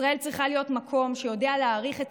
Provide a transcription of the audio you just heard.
ישראל צריכה להיות מקום שיודע להעריך את